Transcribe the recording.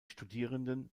studierenden